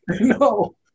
No